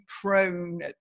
prone